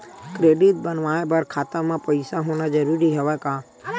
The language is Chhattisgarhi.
क्रेडिट बनवाय बर खाता म पईसा होना जरूरी हवय का?